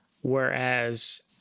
Whereas